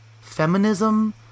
feminism